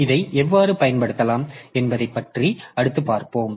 இதை எவ்வாறு பயன்படுத்தலாம் என்பதைப் பற்றி அடுத்து பார்ப்போம்